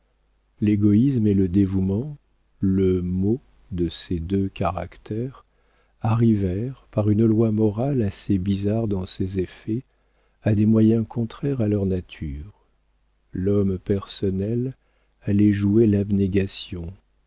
l'égoïsme et le dévouement le mot de ces deux caractères arrivèrent par une loi morale assez bizarre dans ses effets à des moyens contraires à leur nature l'homme personnel allait jouer l'abnégation